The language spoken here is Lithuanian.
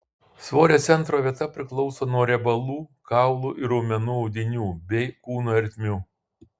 svorio centro vieta priklauso nuo riebalų kaulų ir raumenų audinių bei kūno ertmių